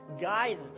guidance